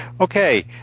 Okay